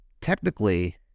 technically